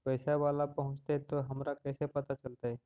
पैसा बाला पहूंचतै तौ हमरा कैसे पता चलतै?